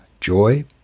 joy